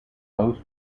both